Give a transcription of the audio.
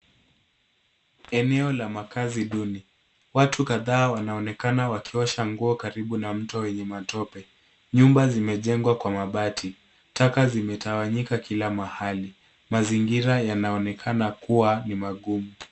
Eneo la makazi duni .Watu kadhaa wanaonekana wakiosha nguo karibu na mto wenye matope. Nyumba zimejengwa kwa mabati. Taka zimetawanyika kila mahali. Mazingira yanaonekana kuwa ni magumu .